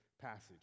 passage